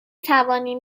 توانیم